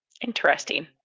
Interesting